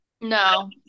No